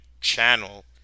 channel